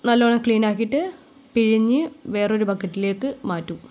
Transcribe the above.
നല്ലോണം ക്ളീനാക്കീട്ട് പിഴിഞ്ഞ് വേറൊരു ബക്കറ്റിലേക്ക് മാറ്റും